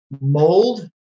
mold